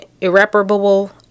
irreparable